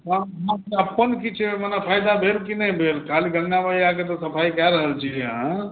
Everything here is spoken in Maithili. अहाँकेँ अपन किछु मने फायदा भेल कि नहि खाली गङ्गा मैयाकेँ तऽ सफाइ कै रहल छी जे अहाँ